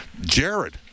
Jared